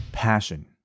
passion